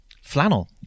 Flannel